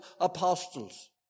apostles